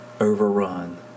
overrun